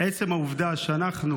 עצם העובדה שאנחנו